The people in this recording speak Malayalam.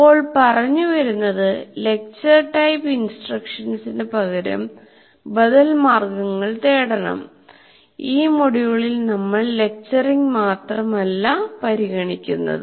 അപ്പോൾ പറഞ്ഞുവരുന്നത് ലെക്ച്ചർ ടൈപ്പ് ഇൻസ്ട്രക്ഷൻസ്സിന് പകരം ബദൽ മാർഗങ്ങൾ തേടണം ഈ മൊഡ്യൂളിൽ നമ്മൾ ലെക്ച്ചറിങ് മാത്രം അല്ല പരിഗണിക്കുന്നത്